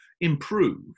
improve